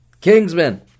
Kingsman